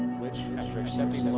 which after accepting